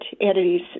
entities